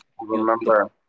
remember